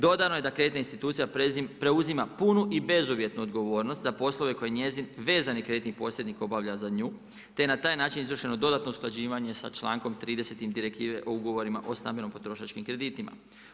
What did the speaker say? Dodano je da kreditna institucija preuzima punu i bezuvjetnu odgovornost, za poslove koju njezin vezan kreditni posrednik obavlja za nju, te je na taj način izvršeno dodatno usklađivanje sa čl.30 Direktivne, ugorima o stambenim potrošačkim kreditima.